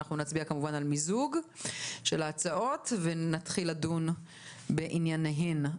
נצביע על מיזוג ההצעות ונתחיל לדון בענייניהן.